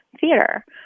theater